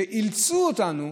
שאילצו אותנו,